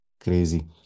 Crazy